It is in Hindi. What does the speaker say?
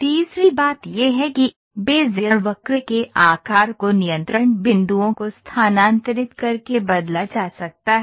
तीसरी बात यह है कि बेज़ियर वक्र के आकार को नियंत्रण बिंदुओं को स्थानांतरित करके बदला जा सकता है